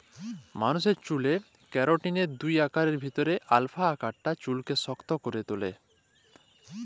মালুসের চ্যুলে কেরাটিলের দুই আকারের ভিতরে আলফা আকারটা চুইলকে শক্ত ক্যরে তুলে